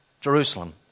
Jerusalem